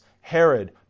Herod